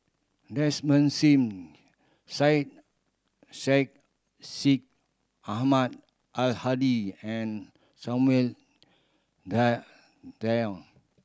Desmond Sim Syed Sheikh Syed Ahmad Al Hadi and Samuel Dyer